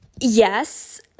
yes